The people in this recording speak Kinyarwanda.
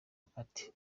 ati